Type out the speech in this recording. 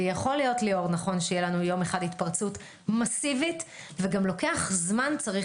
יכול להיות שתהיה לנו התפרצות מסיבית וגם לוקח זמן צריך